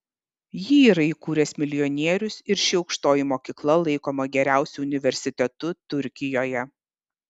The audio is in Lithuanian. jį yra įkūręs milijonierius ir ši aukštoji mokykla laikoma geriausiu universitetu turkijoje